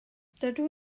dydw